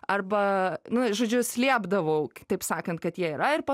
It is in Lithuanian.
arba nu žodžiu slėpdavau kitaip sakant kad jie yra ir po